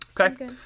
Okay